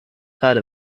thought